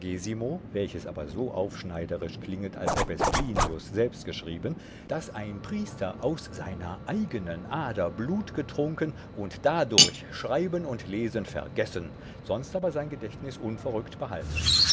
welches aber so aufschneiderisch klinget als ob es plinius selbst geschrieben daß ein priester aus seiner eigenen ader blut getrunken und dadurch schreiben und lesen vergessen sonst aber sein gedächtnus unverruckt behalten